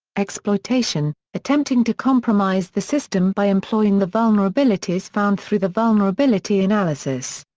exploitation attempting to compromise the system by employing the vulnerabilities found through the vulnerability analysis.